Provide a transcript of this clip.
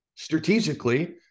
strategically